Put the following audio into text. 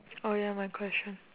oh ya my question